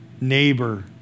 neighbor